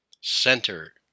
center